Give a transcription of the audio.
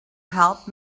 help